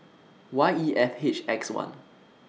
Y E F H X one